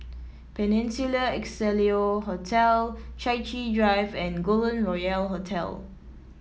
Peninsula Excelsior Hotel Chai Chee Drive and Golden Royal Hotel